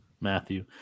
Matthew